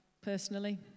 personally